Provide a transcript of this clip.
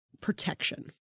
protection